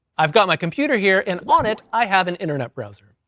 i've got my computer here, and on it i have an internet browser.